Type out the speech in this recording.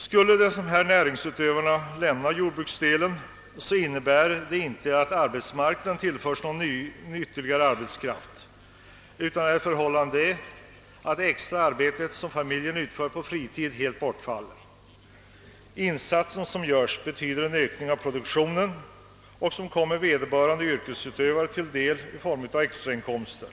Skulle dessa näringsutövare lämna jordbruket innebär detta inte att arbetsmarknaden tillförs ytterligare arbetskraft utan bara att det extraarbete familjen utför på fritid helt bortfaller. Insatsen betyder en ökning av produktionen och kommer vederbörande till godo i form av extrainkomster.